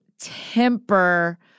temper—